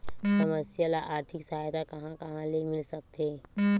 समस्या ल आर्थिक सहायता कहां कहा ले मिल सकथे?